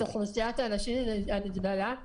את אוכלוסיית האנשים עם המגבלה.